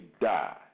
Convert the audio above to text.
die